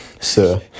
Sir